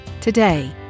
Today